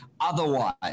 otherwise